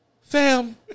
Fam